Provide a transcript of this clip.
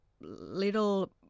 little